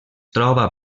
troba